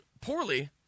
poorly